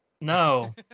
no